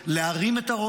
להרים את הראש,